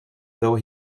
though